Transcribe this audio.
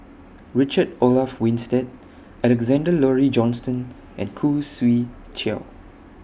Richard Olaf Winstedt Alexander Laurie Johnston and Khoo Swee Chiow